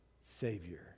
savior